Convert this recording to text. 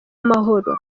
amahoro